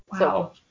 Wow